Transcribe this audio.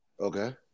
Okay